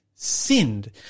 Sinned